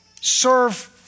serve